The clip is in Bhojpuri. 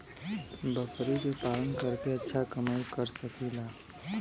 बकरी के पालन करके अच्छा कमाई कर सकीं ला?